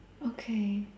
okay